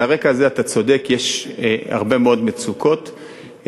על הרקע אתה צודק, יש הרבה מאוד מצוקות לקשישים.